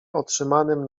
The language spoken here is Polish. otrzymanym